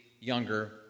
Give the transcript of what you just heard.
younger